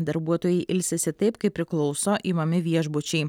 darbuotojai ilsisi taip kaip priklauso imami viešbučiai